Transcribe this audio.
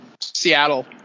Seattle